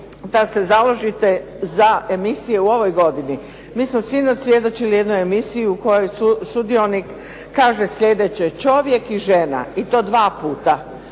da se založite za emisije u ovoj godini. Mi smo sinoć svjedočili jednoj emisiji u kojoj sudionik kaže slijedeće čovjek i žena i to dva puta